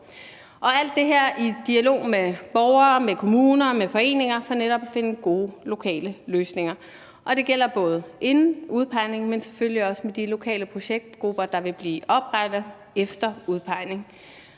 alt det her er i en dialog med borgere, med kommuner og med foreninger for netop at finde gode lokale løsninger, og det gælder både inden udpegningen, men selvfølgelig også med de lokale projektgrupper, der vil blive oprettet efter udpegningen.